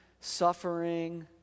suffering